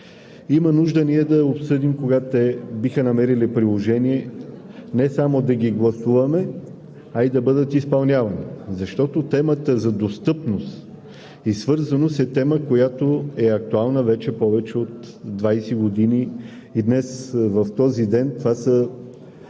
Има нужда ние да обсъдим кога те биха намерили приложение не само да ги гласуваме, а и да бъдат изпълнявани, защото темата за достъпност и свързаност е тема, която е актуална вече повече от 20 години. И днес, в този ден, това са